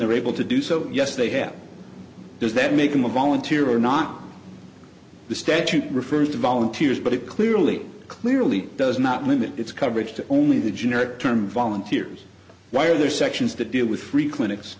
they're able to do so yes they have does that make them a volunteer or not the statute refers to volunteers but it clearly clearly does not limit its coverage to only the generic term volunteers why are there sections that deal with free cl